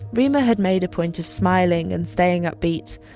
reema had made a point of smiling and staying upbeat,